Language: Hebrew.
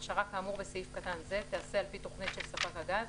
הכשרה כאמור בסעיף קטן זה תיעשה על פי תכנית של ספק הגז,